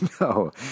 No